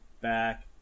back